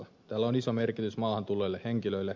tällä on iso merkitys maahan tulleille henkilöille